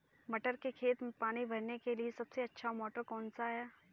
मटर के खेत में पानी भरने के लिए सबसे अच्छा मोटर कौन सा है?